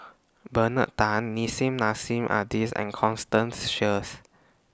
Bernard Tan Nissim Nassim Adis and Constance Sheares